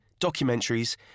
documentaries